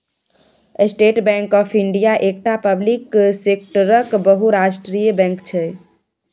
state bank of India एकटा public सेक्टरक बहुराष्ट्रीय बैंक छै